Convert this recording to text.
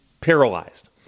paralyzed